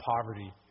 poverty